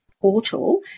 portal